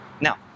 Now